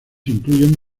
incluyen